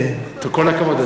כל הכבוד,